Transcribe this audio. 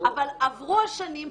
אבל עברו השנים,